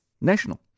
National